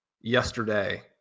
yesterday